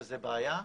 שזה בעיה,